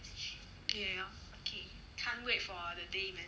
okay lor can't wait for the day man